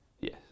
Yes